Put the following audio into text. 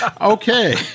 Okay